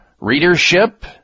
readership